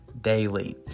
daily